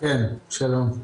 כן שלום.